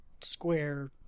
square